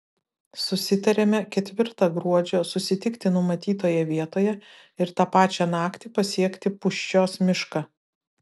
susitariame ketvirtą gruodžio susitikti numatytoje vietoje ir tą pačią naktį pasiekti pūščios mišką